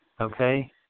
Okay